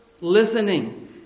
listening